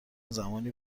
زمانی